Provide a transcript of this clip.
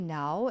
now